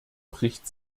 bricht